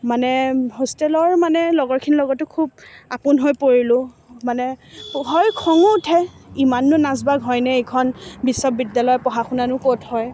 মানে হোষ্টেলৰ মানে লগৰখিনিৰ লগতো খুব আপোন হৈ পৰিলোঁ মানে হয় খঙো উঠে ইমাননো নাচ বাগ হয়নে এইখন বিশ্ববিদ্যালয়ত পঢ়া শুনানো ক'ত হয়